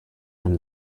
from